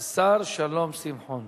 השר שלום שמחון.